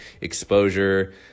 exposure